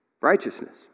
righteousness